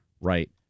right